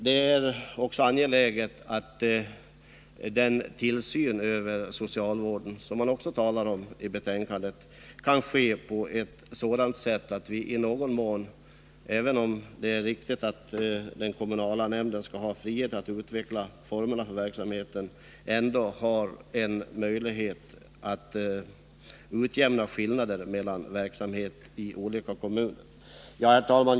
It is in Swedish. Det är också angeläget att den tillsyn över socialvården som det talas om i betänkandet kan ske på ett sådant sätt att vi i någon mån — även om det är riktigt att den kommunala nämnden skall ha frihet att utveckla formerna för verksamheten — ändå har en möjlighet att utjämna skillnader mellan verksamhet i olika kommuner. Herr talman!